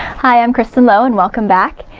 hi, i'm cristin lowe and welcome back.